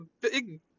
big